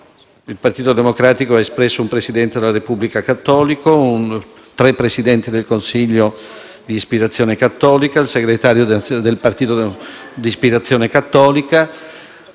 il Partito Democratico abbia espresso un Presidente della Repubblica cattolico, tre Presidenti del Consiglio di ispirazione cattolica e il Segretario nazionale del partito di ispirazione cattolica.